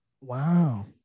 Wow